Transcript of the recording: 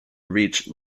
reach